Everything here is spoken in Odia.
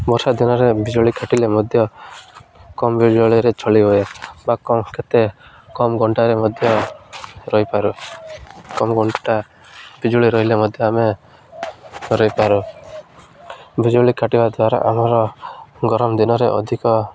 ବର୍ଷା ଦିନରେ ବିଜୁଳି କାଟିଲେ ମଧ୍ୟ କମ୍ ବିଜୁଳିରେ ଚଳି ହୁଏ ବା କେତେ କମ୍ ଘଣ୍ଟାରେ ମଧ୍ୟ ରହିପାରୁ କମ୍ ଘଣ୍ଟା ବିଜୁଳି ରହିଲେ ମଧ୍ୟ ଆମେ ରହିପାରୁ ବିଜୁଳି କାଟିବା ଦ୍ୱାରା ଆମର ଗରମ ଦିନରେ ଅଧିକ